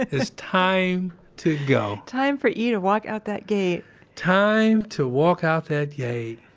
it's time to go time for e to walk out that gate time to walk out that gate.